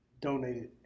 donated